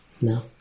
No